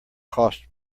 costs